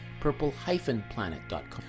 purple-planet.com